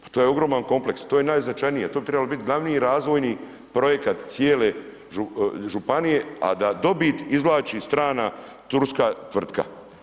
To je ogroman kompleks, to je najznačajnije, to bi trebalo biti glavni razvojni projekat cijele županije a da dobit izvlači strana turska tvrtka.